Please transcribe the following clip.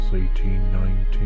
1819